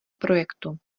projektu